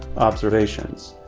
observations.